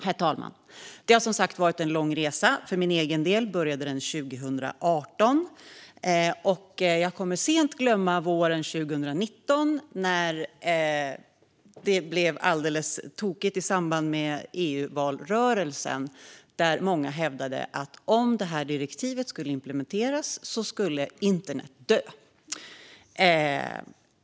Herr talman! Det har som sagt varit en lång resa. För min egen del började den 2018. Jag kommer sent att glömma våren 2019, när det blev alldeles tokigt i samband med EU-valrörelsen. Många hävdade då att internet skulle dö om det här direktivet implementerades.